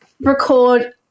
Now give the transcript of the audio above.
record